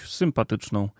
sympatyczną